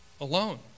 alone